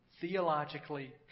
theologically